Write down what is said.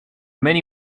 many